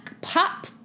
pop